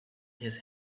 his